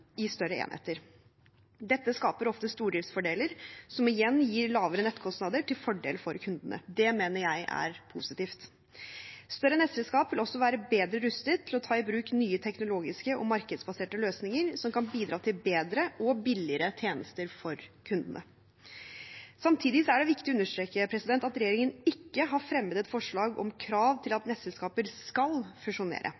i større enheter. Dette skaper ofte stordriftsfordeler, som igjen gir lavere nettkostnader til fordel for kundene. Det mener jeg er positivt. Større nettselskap vil også være bedre rustet til å ta i bruk nye teknologiske og markedsbaserte løsninger som kan bidra til bedre og billigere tjenester for kundene. Samtidig er det viktig å understreke at regjeringen ikke har fremmet et forslag om krav til